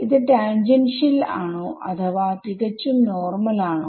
ഇത് ടാൻജൻഷിയൽ ആണോ അഥവാ തികച്ചും നോർമൽ ആണോ